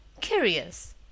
Curious